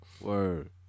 Word